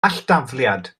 alldafliad